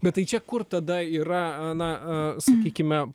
bet tai čia kur tada yra na sakykime